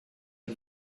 him